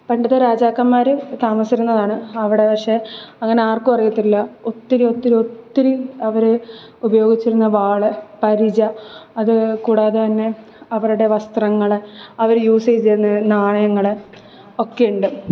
പണ്ടത്തെ രാജാക്കന്മാർ താമസിച്ചിരുന്നതാണ് അവിടെ പക്ഷെ അങ്ങനെയാർക്കും അറിയത്തില്ല ഒത്തിരി ഒത്തിരി ഒത്തിരി അവർ ഉപയോഗിച്ചിരുന്ന വാൾ പരിച അതുകൂടാതെ തന്നെ അവരുടെ വസ്ത്രങ്ങൾ അവർ യൂസ് ചെയ്തിരുന്ന നാണയങ്ങൾ ഒക്കെ ഉണ്ട്